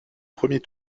premier